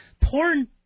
porn